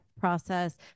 process